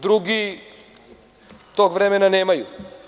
Drugi tog vremena nemaju.